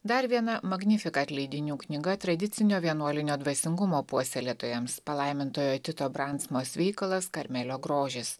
dar viena magnifikat leidinių knyga tradicinio vienuolinio dvasingumo puoselėtojams palaimintojo tito bransmos veikalas karmelio grožis